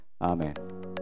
Amen